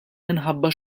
minħabba